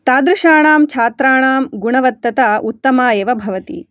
तादृशाणां छात्राणां गुणवत्तता उत्तमा एव भवति